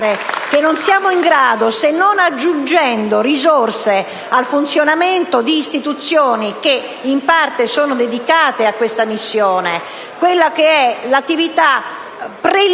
che non siamo in grado, se non aggiungendo risorse al funzionamento di istituzioni che in parte sono dedicate a questa missione, di svolgere un'attività preliminare